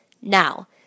Now